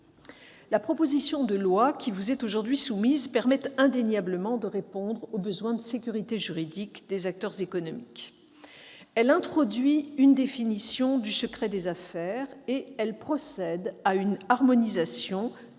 La proposition de loi qui vous est aujourd'hui soumise permet indéniablement de répondre au besoin de sécurité juridique des acteurs économiques. Elle définit le secret des affaires et procède à une harmonisation, dans